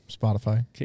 Spotify